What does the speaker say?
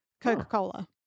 Coca-Cola